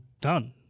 done